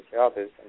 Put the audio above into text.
others